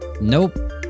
nope